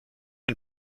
une